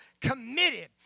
committed